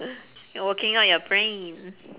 you're working out your brain